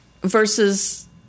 versus